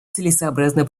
целесообразно